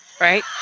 Right